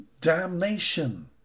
damnation